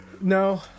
No